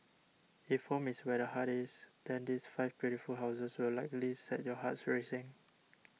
if home is where the heart is then these five beautiful houses will likely set your hearts racing